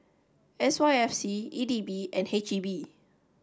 S Y F C E D B and H E B